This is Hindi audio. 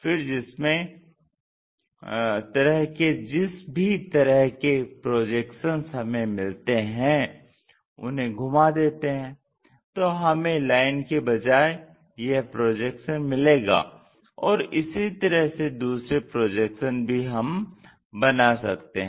फिर जिसमें तरह के जिस भी तरह के प्रोजेक्शन हमें मिलते हैं उन्हें घुमा देते हैं तो हमें लाइन की बजाय यह प्रोजेक्शन मिलेगा और इसी तरह से दूसरे प्रोजेक्शन भी हम बना सकते हैं